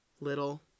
little